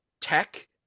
tech